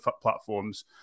platforms